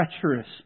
treacherous